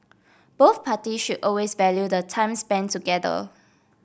both party should always value the time spent together